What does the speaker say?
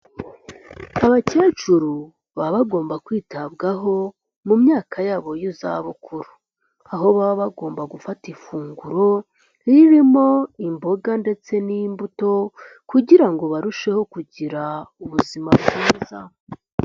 Abakecuru baba bagomba kwitabwaho mu myaka yabo y'izabukuru, aho baba bagomba gufata ifunguro ririmo imboga ndetse n'imbuto kugira ngo barusheho kugira ubuzima bwiza.